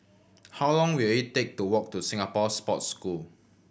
how long will it take to walk to Singapore Sports School